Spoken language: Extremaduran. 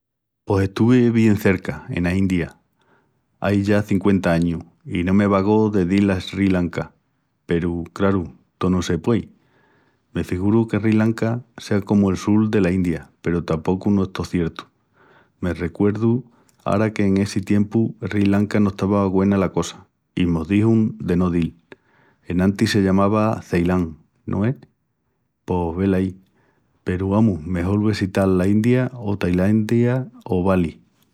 Pos estuvi bien cerca, ena India, ai ya cinqüenta añus i no me vagó de dil a Sri Lanka peru, craru, tó no se puei. Me figuru que Sri Lanka sea comu el sul dela India peru tapocu no estó ciertu. Me recuerdu ara que en essi tiempu Sri Lanka no estava güena la cosa i mos dixun de no dil. Enantis se llamava Ceilán, no es? Pos velaí! Peru, amus, mejol vesital la India o Tailandia o Bali.